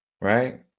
right